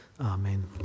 Amen